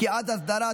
פקיעת אסדרה),